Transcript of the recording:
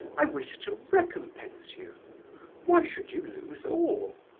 i wish to recompense you why should you lose all?